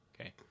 Okay